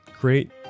great